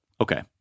Okay